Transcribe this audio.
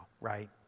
right